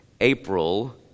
April